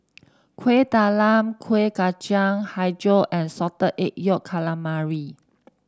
Kuih Talam Kueh Kacang hijau and Salted Egg Yolk Calamari